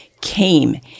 came